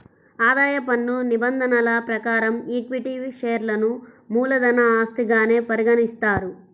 ఆదాయ పన్ను నిబంధనల ప్రకారం ఈక్విటీ షేర్లను మూలధన ఆస్తిగానే పరిగణిస్తారు